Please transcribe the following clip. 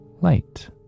Light